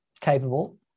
capable